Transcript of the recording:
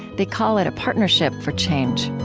they call it a partnership for change.